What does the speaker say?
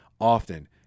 often